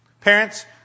Parents